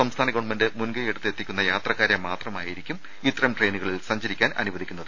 സംസ്ഥാന ഗവൺമെന്റ് മുൻകയ്യെടുത്ത് എത്തിക്കുന്ന യാത്രക്കാരെ മാത്രമായിരിക്കും ഇത്തരം ട്രെയിനുകളിൽ സഞ്ചരിക്കാൻ അനുവദിക്കുന്നത്